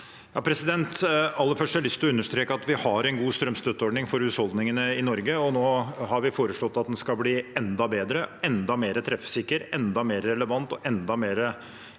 Aller først har jeg lyst til å understreke at vi har en god strømstøtteordning for husholdningene i Norge. Nå har vi foreslått at den skal bli enda bedre, enda mer treffsikker, enda mer relevant og enda